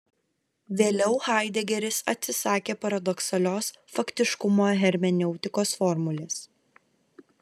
vėliau haidegeris atsisakė paradoksalios faktiškumo hermeneutikos formulės